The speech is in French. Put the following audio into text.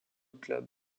club